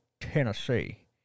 Tennessee